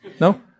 No